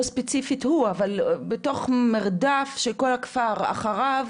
לא ספציפית הוא, אבל בתוך מרדף שכל הכפר אחריו.